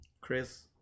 Chris